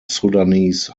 sudanese